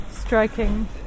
striking